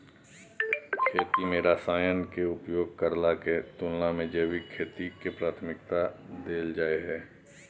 खेती में रसायन के उपयोग करला के तुलना में जैविक खेती के प्राथमिकता दैल जाय हय